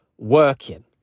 Working